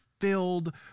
filled